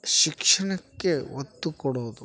ಶಿಕ್ಷಣಕ್ಕೆ ಒತ್ತು ಕೊಡೋದು